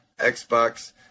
Xbox